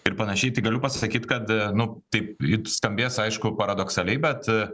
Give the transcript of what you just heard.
ir panašiai tai galiu pasakyt kad nu taip i skambės aišku paradoksaliai bet